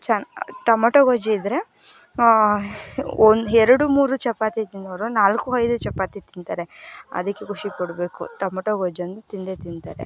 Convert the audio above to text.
ಚೆನ್ನ ಟಮೊಟೊ ಗೊಜ್ಜು ಇದ್ದರೆ ಒಂದು ಎರಡು ಮೂರು ಚಪಾತಿ ತಿನ್ನೋರು ನಾಲ್ಕು ಐದು ಚಪಾತಿ ತಿಂತಾರೆ ಅದಕ್ಕೆ ಖುಷಿಪಡ್ಬೇಕು ಟಮೊಟೊ ಗೊಜ್ಜೊಂದು ತಿಂದೇ ತಿಂತಾರೆ